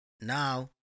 now